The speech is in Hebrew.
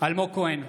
בהצבעה אלמוג כהן,